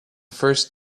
first